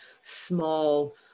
small